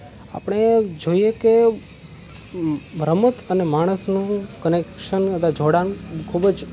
આપણે જોઈએ કે રમત અને માણસનું કનેક્શન એટલે જોડાણ ખૂબ જ